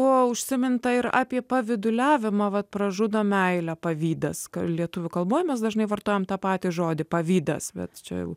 buvo užsiminta ir apie pavyduliavimą vat pražudo meilę pavydas kad lietuvių kalboje mes dažnai vartojame tą patį žodį pavydas bet čia jau